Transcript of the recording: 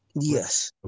Yes